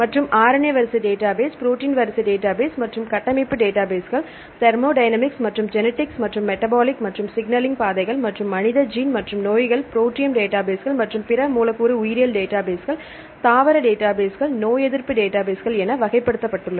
மற்றும் RNA வரிசை database protein வரிசை டேட்டாபேஸ் மற்றும் கட்டமைப்பு டேட்டாபேஸ்கள் தெர்மோடையனாமிக்ஸ் மற்றும் ஜெனிடிக்ஸ் மற்றும் மெட்டபாலிக் மற்றும் சிக்னலிங் பாதைகள் மற்றும் மனித ஜீன் மற்றும் நோய்கள் புரோட்டியம் டேட்டாபேஸ்கள் மற்றும் பிற மூலக்கூறு உயிரியல் டேட்டாபேஸ்கள் தாவர டேட்டாபேஸ் நோயெதிர்ப்பு டேட்டாபேஸ் என வகைப்படுத்தப்பட்டுள்ளன